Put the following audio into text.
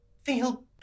feel